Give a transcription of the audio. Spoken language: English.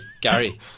Gary